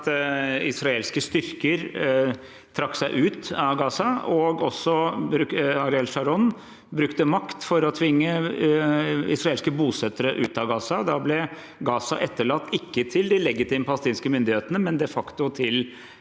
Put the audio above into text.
at israelske styrker trakk seg ut av Gaza, og Ariel Sharon brukte makt for å tvinge israelske bosettere ut av Gaza. Da ble ikke Gaza etterlatt til de legitime palestinske myndighetene, men de facto til